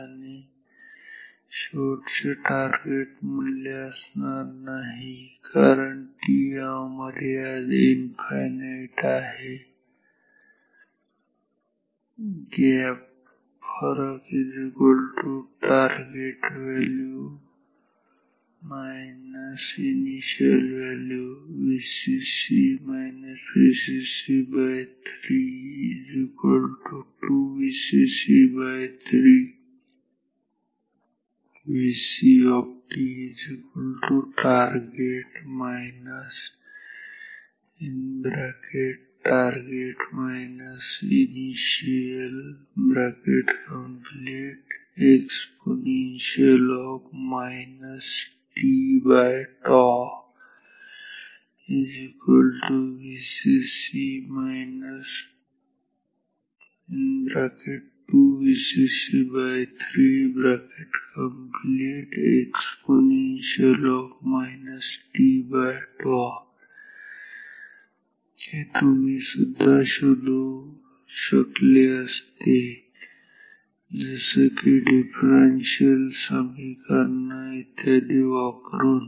आणि शेवटचे मूल्य टार्गेट असणार नाही कारण t अमर्याद∞ आहे Gapफरक टार्गेट - सुरुवातीचे मूल्य Vcc Vcc3 2Vcc3 Vc Target - target - initial e t Vcc - 2 Vcc3 e t हे तुम्हीसुद्धा शोधू शकले असते जसं की डिफरंशियल समिकरणं इत्यादी वापरून